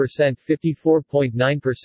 54.9%